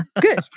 Good